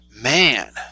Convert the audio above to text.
Man